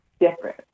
different